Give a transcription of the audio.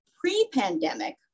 pre-pandemic